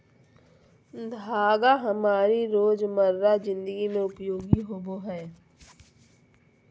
धागा हमारी रोजमर्रा जिंदगी में उपयोगी होबो हइ